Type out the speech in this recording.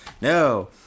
No